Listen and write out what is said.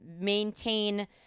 maintain